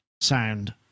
sound